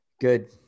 Good